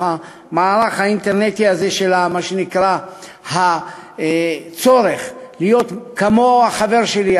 המערך האינטרנטי הזה של מה שנקרא הצורך להיות כמו החבר שלי,